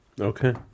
Okay